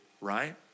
right